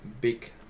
big